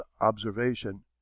observation